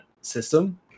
system